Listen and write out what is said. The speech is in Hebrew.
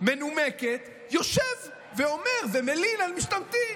להשתמטות מנומקת, יושב ואומר, ומלין על משתמטים,